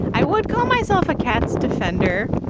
i would call myself a cats defender.